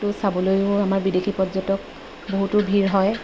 চাবলৈও আমাৰ বিদেশী পৰ্যটক বহুতো ভিৰ হয়